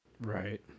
Right